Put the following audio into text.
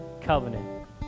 covenant